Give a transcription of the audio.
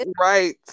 right